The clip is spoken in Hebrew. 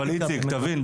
הלוואי.